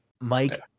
Mike